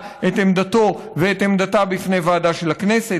את עמדתו ואת עמדתה בפני ועדה של הכנסת,